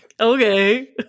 Okay